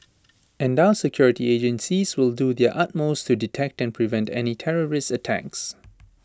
and our security agencies will do their utmost to detect and prevent any terrorist attacks